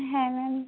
হ্যাঁ ম্যাম